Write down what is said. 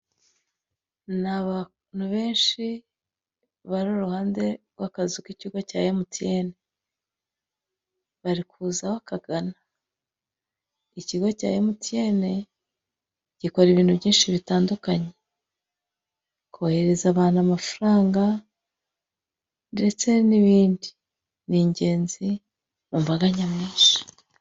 Ni abantu benshi bari iruhande rw'akazu k'ikigo cya MTN bari kuza bakagana, ikigo cya MTN gikora ibintu byinshi bitandukanye kohereza abantu amafaranga ndetse n'ibindi, ni ingenzi mu mbaga nyamwinshi.